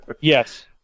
Yes